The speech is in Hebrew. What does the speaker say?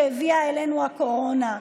שהביאה עלינו הקורונה.